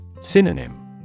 Synonym